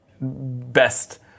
best